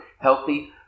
healthy